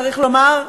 צריך לומר,